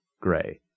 gray